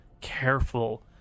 careful